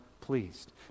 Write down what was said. pleased